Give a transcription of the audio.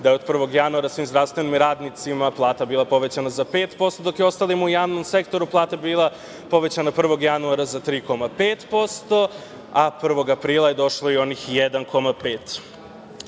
da od 1. januara svim zdravstvenim radnicima plata bila povećana za 5%, dok je ostalima u javnom sektoru plata bila povećana 1. januara za 3,5%, a 1. aprila došlo i 1,5%.Tokom